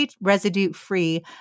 residue-free